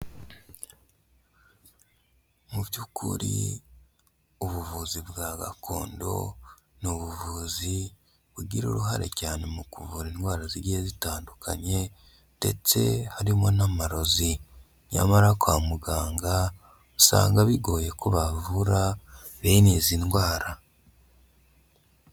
Mu by'ukuri ubuvuzi bwa gakondo ni ubuvuzi bugira uruhare cyane mu kuvura indwara zigiye zitandukanye ndetse harimo n'amarozi, nyamara kwa muganga usanga bigoye ko bavura bene izi ndwara.